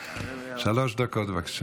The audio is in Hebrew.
שלוש דקות, בבקשה.